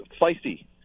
feisty